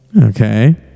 Okay